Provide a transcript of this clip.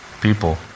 people